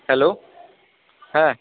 hello হ্যাঁ